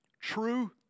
true